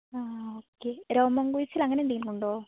ആ ഓക്കെ രോമം കൊഴിച്ചൽ അങ്ങനെന്തെങ്കിലും ഉണ്ടോ